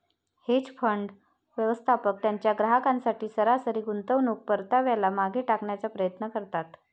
hedge fund, व्यवस्थापक त्यांच्या ग्राहकांसाठी सरासरी गुंतवणूक परताव्याला मागे टाकण्याचा प्रयत्न करतात